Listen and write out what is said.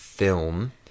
film